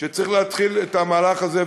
שצריך להתחיל את המהלך הזה.